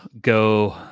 go